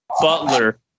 Butler